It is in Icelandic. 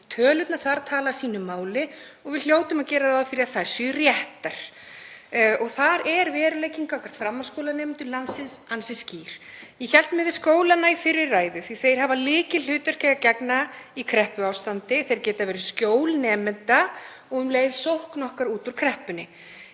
Tölurnar þar tala sínu máli og við hljótum að gera ráð fyrir að þær séu réttar. Þar er veruleikinn gagnvart framhaldsskólanemendum landsins ansi skýr. Ég hélt mig við skólana í fyrri ræðu því að þeir hafa lykilhlutverki að gegna í kreppuástandi. Þeir geta verið skjól nemenda og um leið sókn okkar út úr kreppunni.